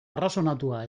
arrazonatua